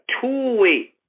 two-way